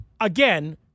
again